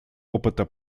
опыта